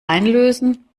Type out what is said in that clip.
einlösen